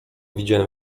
widziałem